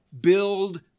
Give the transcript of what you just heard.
Build